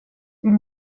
vill